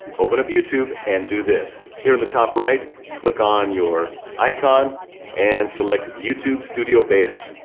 open up youtube and do this. here in the top right, click on your icon and select youtube studio beta.